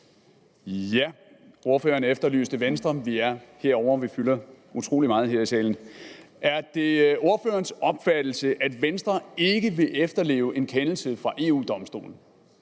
(V): Ordføreren efterlyste Venstre. Vi er herovre, og vi fylder utrolig meget her i salen. Er det ordførerens opfattelse, at Venstre ikke vil efterleve en kendelse fra EU-Domstolen?